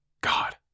God